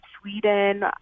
Sweden